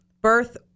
birth